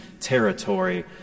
territory